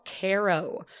Caro